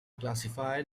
classified